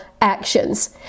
actions